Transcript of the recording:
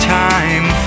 time